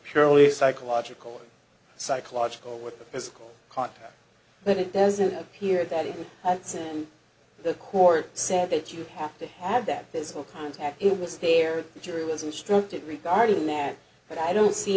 purely psychological or psychological with the physical contact but it doesn't appear that the court said that you have to have that physical contact it was there the jury was instructed regarding that but i don't see